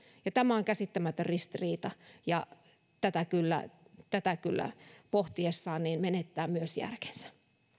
tämä on käsittämätön ristiriita ja tätä pohtiessaan menettää kyllä järkensä